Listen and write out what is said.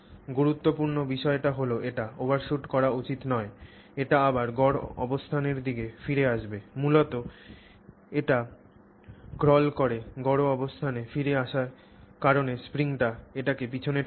গুরুত্বপূর্ণ বিষয়টি হল এটি ওভারশুট করা উচিত নয় এটি আবার গড় অবস্থানের দিকে ফিরে আসবে মূলত এটি ক্রল করে গড় অবস্থানে ফিরে আসে কারণ স্প্রিংটি এটিকে পিছনে টানছে